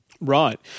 Right